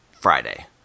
Friday